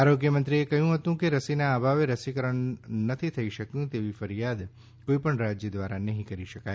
આરોગ્યમંત્રીએ કહ્યું હતું કે રસીના અભાવે રસીકરણ નથી થઈ શક્યું તેવી ફરિયાદ કોઈ પણ રાજ્ય દ્વારા નહીં કરી શકાય